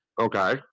Okay